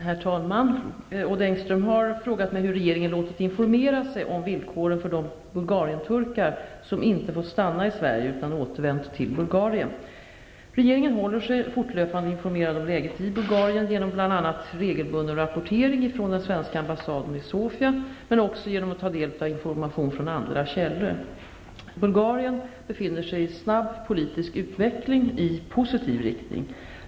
Herr talman! Odd Engström har frågat mig hur regeringen låtit informera sig om villkoren för de bulgarienturkar som inte fått stanna i Sverige utan återvänt till Bulgarien. Regeringen håller sig fortlöpande informerad om läget i Bulgarien, genom bl.a. regelbunden rapportering från den svenska ambassaden i Sofia, men också genom att ta del av information från andra källor. Bulgarien befinner sig i snabb politisk utveckling i positiv riktning.